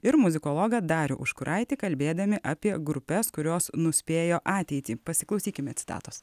ir muzikologą darių užkuraitį kalbėdami apie grupes kurios nuspėjo ateitį pasiklausykime citatos